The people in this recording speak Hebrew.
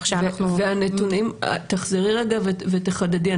תחזרי רגע ותחדדי,